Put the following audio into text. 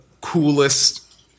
coolest